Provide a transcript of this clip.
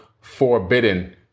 Forbidden